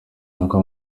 avugwa